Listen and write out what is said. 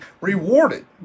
rewarded